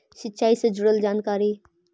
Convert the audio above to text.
सिंचाई से जुड़ल जानकारी?